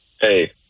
hey